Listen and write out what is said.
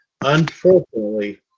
Unfortunately